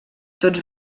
tots